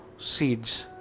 seeds